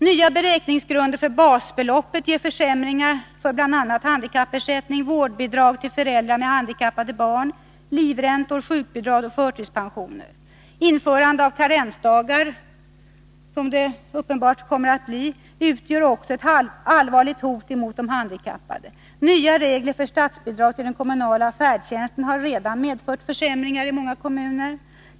Nya beräkningsgrunder för basbeloppet ger försämringar för bl.a. handikappersättning, vårdbidrag till föräldrar med handikappade barn, livräntor, sjukbidrag och förtidspensioner. Införandet av karensdagar — så kommer det uppenbarligen att bli — utgör också ett allvarligt hot mot handikappade. Nya regler för statsbidrag till den kommunala färdtjänsten har redan medfört försämringar i många kommuner.